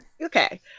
Okay